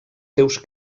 seus